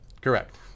correct